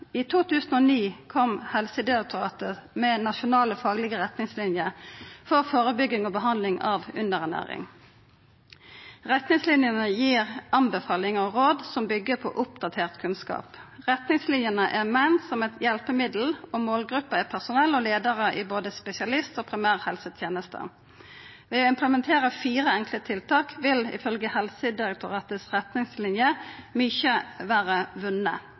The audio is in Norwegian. I 2009 kom Helsedirektoratet med Nasjonale faglige retningslinjer for førebygging og behandling av underernæring. Retningslinjene gir anbefalingar og råd som byggjer på oppdatert kunnskap. Retningslinjene er meint som eit hjelpemiddel, og målgruppa er personell og leiarar i både spesialist- og primærhelsetenesta. Ved å implementera fire enkle tiltak vil, ifølgje Helsedirektoratets retningslinjer, mykje